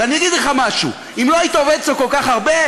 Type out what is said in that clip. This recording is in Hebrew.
ואני אגיד לך משהו: אם לא היית עובד אצלו כל כך הרבה,